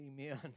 amen